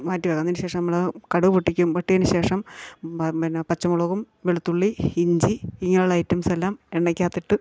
മാറ്റിവെക്കാൻ എന്നതിന് ശേഷം നമ്മൾ കടുക് പൊട്ടിക്കും പൊട്ടിയതിന് ശേഷം പിന്നെ പച്ചമുളകും വെളുത്തുള്ളി ഇഞ്ചി ഇങ്ങനുള്ള ഐറ്റംസെല്ലാം എണ്ണക്കകത്തിട്ട്